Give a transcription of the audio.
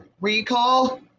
recall